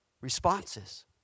responses